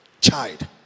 Child